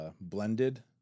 Blended